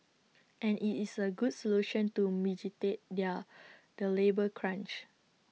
and IT is A good solution to their the labour crunch